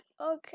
Okay